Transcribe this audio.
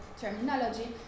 terminology